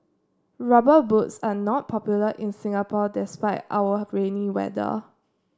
rubber boots are not popular in Singapore despite our rainy weather